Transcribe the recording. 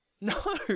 No